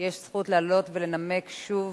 יש זכות לעלות ולנמק שוב,